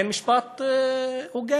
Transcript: אין משפט הוגן,